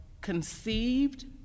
conceived